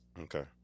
Okay